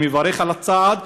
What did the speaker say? אני מברך על הצעד,